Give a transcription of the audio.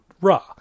Raw